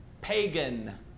pagan